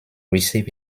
receive